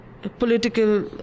political